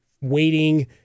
waiting